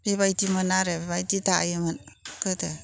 बेबायदिमोन आरो बेबायदि दायोमोन गोदो